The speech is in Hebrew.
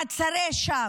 מעצרי שווא,